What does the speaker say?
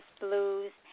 blues